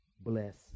bless